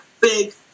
big